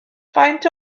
faint